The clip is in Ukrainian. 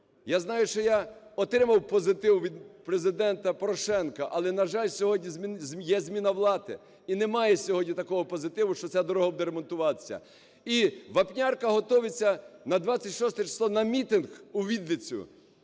Я знаю, що я отримав позитив від Президента Порошенка, але, на жаль, сьогодні є зміна влади, і немає сьогодні такого позитиву, що ця дорога буде ремонтуватися. І Вапнярка готується на 26 число на мітинг у Вінницю.